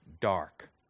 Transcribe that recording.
dark